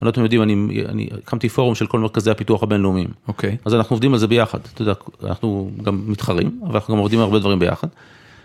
לא יודע אם אתם יודעים אני קמתי פורום של כל מרכזי הפיתוח הבינלאומיים, אז אנחנו עובדים על זה ביחד, אנחנו גם מתחרים, אבל עובדים הרבה דברים ביחד.